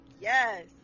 Yes